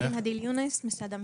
אני הדיל ליונס, משרד המשפטים,